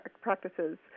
practices